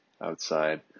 outside